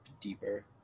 deeper